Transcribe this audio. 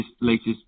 latest